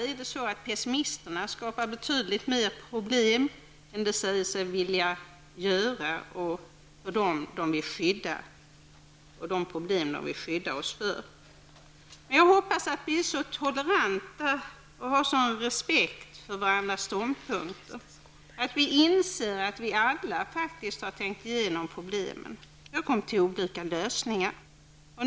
Pessimisterna skapar kanske betydligt mer problem än de problem som de säger sig vilja skydda oss emot. Jag hoppas att vi är så toleranta och har en sådan respekt för varandras ståndpunkter att vi inser att vi alla har tänkt igenom problemen och kommit till olika lösningar.